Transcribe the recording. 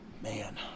Man